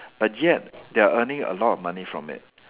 but yet they are earning a lot of money from it